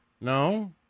No